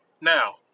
Now